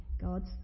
God